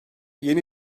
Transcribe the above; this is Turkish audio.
yeni